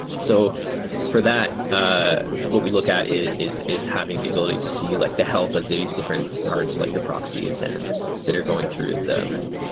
so for that, ah what we look at is is having the ability to see like the health of these different parts, like the proxies and that are going through them.